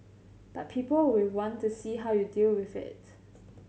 but people will want to see how you deal with it